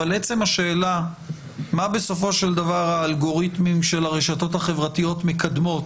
אבל עצם השאלה מה בסופו של דבר האלגוריתם שהרשתות החברתיות מקדמות,